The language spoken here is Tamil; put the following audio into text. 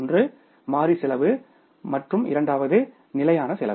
ஒன்று மாறி செலவு மற்றும் இரண்டாவது நிலையான செலவு